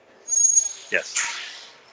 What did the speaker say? Yes